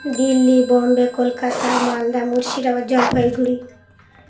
Delhi Bombay Kolkata Malda Murshidabad Jalpaiguri